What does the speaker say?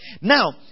Now